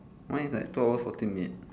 mine is like two hours forty minutes